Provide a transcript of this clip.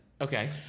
Okay